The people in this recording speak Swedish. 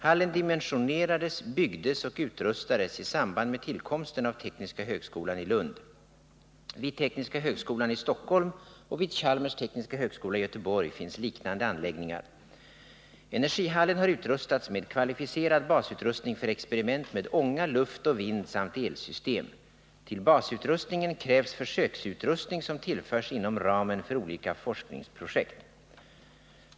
Hallen dimensionerades, byggdes och utrustades i samband med tillkomsten av tekniska högskolan i Lund. Vid tekniska högskolan i Stockholm och vid Chalmers tekniska högskola i Göteborg finns liknande anläggningar. Energihallen har utrustats med kvalificerad basutrustning för experiment med ånga, luft och vind samt elsystem. Till basutrustningen krävs försöksutrustning som tillförs inom ramen för olika forskningsprojekt.